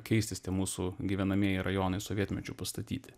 keistis tie mūsų gyvenamieji rajonai sovietmečiu pastatyti